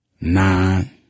nine